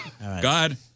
God